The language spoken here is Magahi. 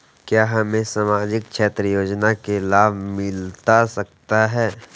क्या हमें सामाजिक क्षेत्र योजना के लाभ मिलता सकता है?